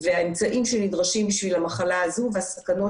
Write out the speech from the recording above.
והאמצעים שנדרשים בשביל המחלה הזו והסכנות